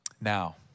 Now